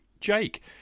Jake